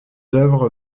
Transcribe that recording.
œuvres